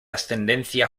ascendencia